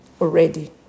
already